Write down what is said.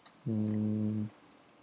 hmm